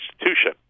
institution